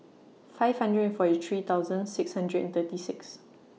five hundred forty three thousand six hundred and thirty six